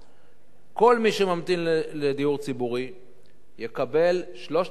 כל מי שממתין לדיור ציבורי יקבל 3,000 שקלים